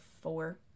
four